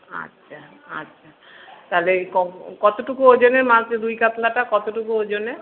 আচ্ছা আচ্ছা তাহলে কতটুকু ওজনের মাছ রুই কাতলাটা কতটুকু ওজনের